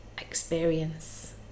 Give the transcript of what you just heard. experience